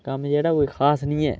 कम्म जेह्ड़ा कोई खास नी ऐ